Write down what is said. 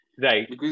Right